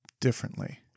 differently